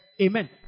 Amen